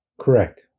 correct